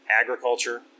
agriculture